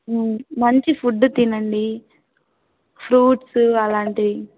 మంచి ఫుడ్ తినండి ఫ్రూట్సు అలాంటివి